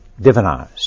divinized